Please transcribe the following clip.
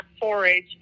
forage